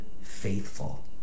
faithful